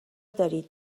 داری